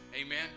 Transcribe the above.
Amen